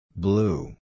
Blue